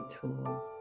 tools